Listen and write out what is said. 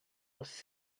was